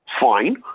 Fine